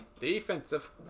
Defensive